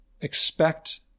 expect